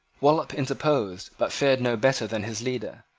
wallop interposed, but fared no better than his leader.